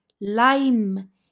lime